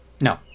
No